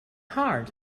hard